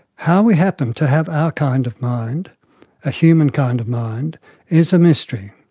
how we happen to have our kind of mind a human kind of mind is a mystery.